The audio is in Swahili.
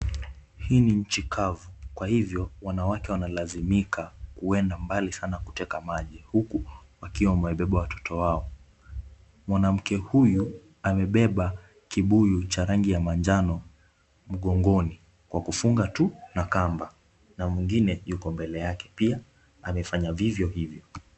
Hii ni nchi kavu, kwa hivyo wanawake wanalazimika kwenda mbali sana kuteka maji, huku wakiwa wamebeba watoto wao. Mwanamke huyu amebeba kibuyu cha rangi ya manjano mgongoni, kwa kufunga tu na kamba na mwingine yuko mbele yake pia amefanya vivyo hivyo.